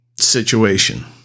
situation